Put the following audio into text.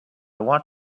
want